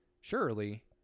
Surely